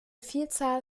vielzahl